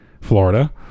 Florida